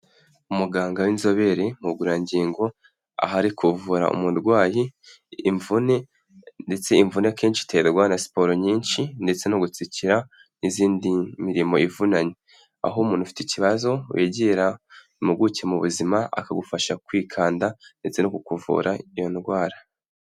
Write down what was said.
Umuganga w'inzobere mu bugororangingo, aho ari kuvura umurwayi imvune ndetse imvune akenshi iterwa na siporo nyinshi ndetse no gutsikira n'izindi mirimo ivunanye, aho umuntu ufite ikibazo wegera impuguke mu buzima, akagufasha kwikanda ndetse no kukuvura iyo ndwara.